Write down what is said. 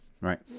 right